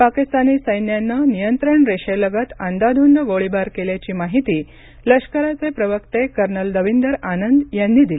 पाकिस्तानी सैन्यानं नियंत्रण रेषेलगत अंदाधुंद गोळीबार केल्याची माहिती लष्कराचे प्रवक्ते कर्नल दविंदर आनंद यांनी दिली